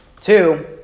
Two